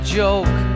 joke